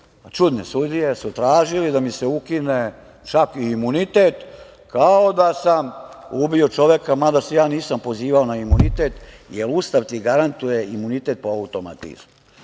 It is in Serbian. čudne sudije, da mi se ukine čak i imunitet, kao da sam ubio čoveka. Mada, ja se nisam pozivao na imunitet, jer Ustav ti garantuje imunitet po automatizmu.